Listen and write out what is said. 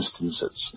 instances